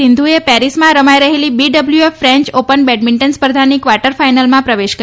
સિંધુએ પેરીસમાં રમાઈ રહેલી બીડબલ્યુએફ ફેન્ચ ઓપન બેડમીંટન સ્પર્ધાની ક્વાર્ટર ફાઈનલમાં પ્રવેશ કર્યો છે